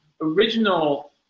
original